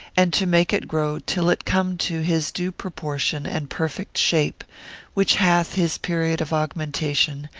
and to make it grow till it come to his due proportion and perfect shape which hath his period of augmentation,